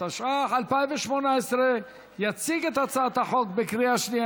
התשע"ח 2018. יציג את הצעת החוק לקריאה שנייה